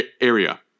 area